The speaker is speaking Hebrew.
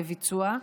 בביצוע,